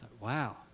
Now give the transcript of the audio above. Wow